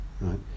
right